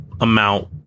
amount